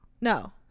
no